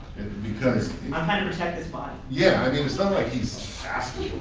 because i've had to protect this body. yeah. i mean it's not like he's asking